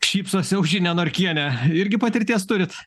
šypsosi aušrinė norkienė irgi patirties turit